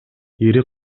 ири